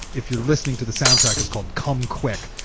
if you're listening to the soundtrack, is called come quick,